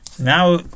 Now